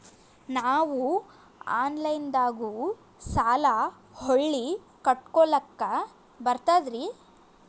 ನಾವು ಆನಲೈನದಾಗು ಸಾಲ ಹೊಳ್ಳಿ ಕಟ್ಕೋಲಕ್ಕ ಬರ್ತದ್ರಿ?